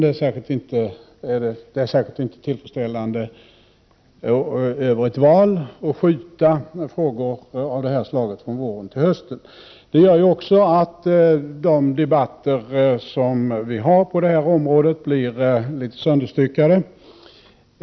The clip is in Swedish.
Det är särskilt otillfredsställande att frågor av detta slag skjuts över ett val från våren till hösten. Det gör också att debatterna på detta område blir sönderstyckade.